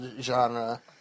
genre